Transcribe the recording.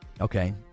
Okay